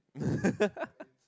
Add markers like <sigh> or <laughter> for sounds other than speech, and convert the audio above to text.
<laughs>